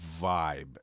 vibe